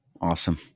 Awesome